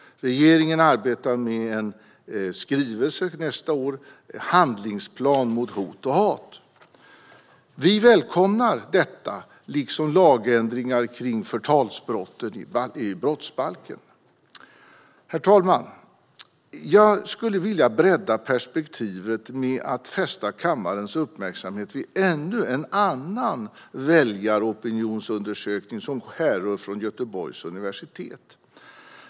Regeringen arbetar med en skrivelse som ska komma nästa år som är en handlingsplan mot hot och hat. Vi välkomnar detta, liksom lagändringar kring förtalsbrottet i brottsbalken. Herr talman! Jag skulle vilja bredda perspektivet genom att fästa kammarens uppmärksamhet vid ännu en väljaropinionsundersökning som härrör från Göteborgs universitet.